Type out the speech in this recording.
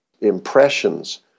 impressions